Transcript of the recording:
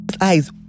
eyes